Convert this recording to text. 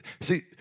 See